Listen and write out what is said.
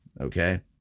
okay